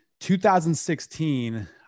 2016